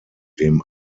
dem